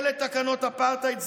אלה תקנות אפרטהייד.